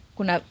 Kuna